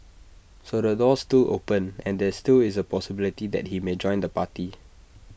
so the door's to open and there still is A possibility that he may join the party